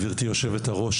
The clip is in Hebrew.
גברתי היושבת-ראש,